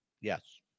Yes